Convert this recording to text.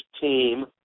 team